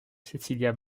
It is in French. cecilia